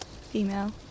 Female